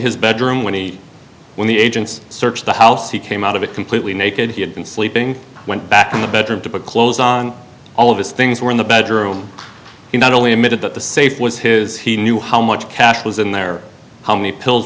his bedroom when he when the agents searched the house he came out of it completely naked he had been sleeping went back in the bedroom to put clothes on all of his things were in the bedroom he not only admitted that the safe was his he knew how much cash was in there how many pills